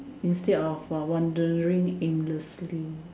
instead of wandering aimlessly